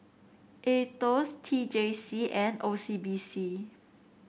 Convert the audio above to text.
Aetos T J C and O C B C